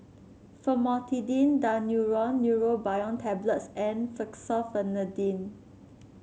Famotidine Daneuron Neurobion Tablets and Fexofenadine